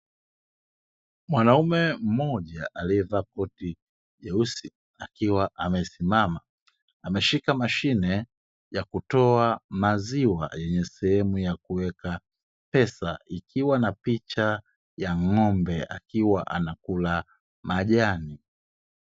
Mwanaume mmoja aliyevaa koti jeusi akiwa amesimama ameshika mashine ya kutoa maziwa yenye sehemu ya kuweka pesa, ikiwa na picha ya ng'ombe akiwa anakula majani.